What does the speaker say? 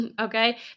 okay